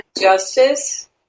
justice